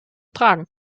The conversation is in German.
tragen